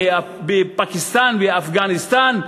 בפקיסטן ואפגניסטן?